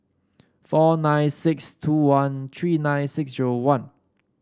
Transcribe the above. four nine six two one three nine six zero one